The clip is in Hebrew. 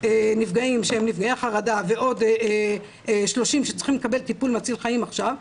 נפגעים שהם נפגעי חרדה ועוד 30 שצריכים לקבל טיפול מציל חיים עכשיו,